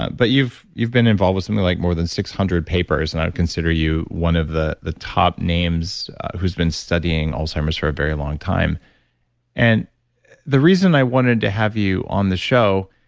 but you've you've been involved with something like more than six hundred papers and i would consider you one of the the top names who's been studying alzheimer's for a very long time and the reason i wanted to have you on the show,